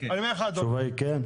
התשובה היא כן?